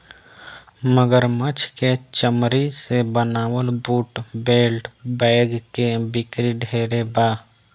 मगरमच्छ के चमरी से बनावल बूट, बेल्ट, बैग के बिक्री ढेरे बा